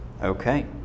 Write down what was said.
Okay